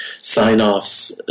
sign-offs